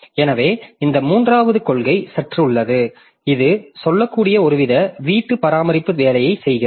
எனவே இந்த மூன்றாவது கொள்கை சற்று உள்ளது இது சொல்லக்கூடிய ஒருவித வீட்டு பராமரிப்பு வேலையைச் செய்கிறது